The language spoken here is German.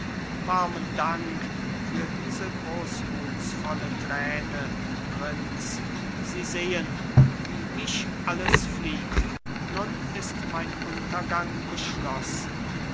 warmen dank für diese großmutsvolle träne prinz sie sehen wie mich alles flieht nun ist mein untergang beschlossen